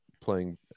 playing